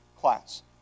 class